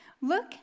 Look